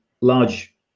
large